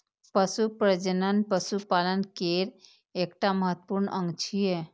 पशु प्रजनन पशुपालन केर एकटा महत्वपूर्ण अंग छियै